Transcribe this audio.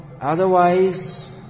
Otherwise